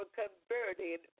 converted